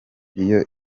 iyo